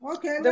Okay